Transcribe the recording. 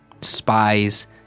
Spies